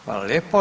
Hvala lijepo.